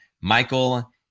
Michael